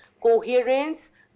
Coherence